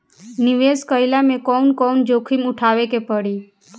निवेस कईला मे कउन कउन जोखिम उठावे के परि?